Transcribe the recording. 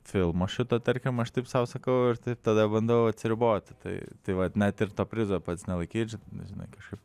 filmo šito tarkim aš taip sau sakau ir tai tada bandau atsiriboti tai tai vat net ir to prizo pats nelaikyt nes žinai kažkaip